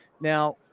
Now